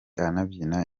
anabyina